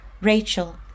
Rachel